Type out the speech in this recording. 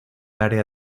área